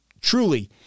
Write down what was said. truly